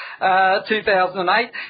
2008